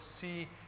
see